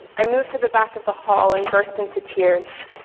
i move to the back of the hall and burst into tears.